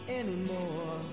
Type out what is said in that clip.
anymore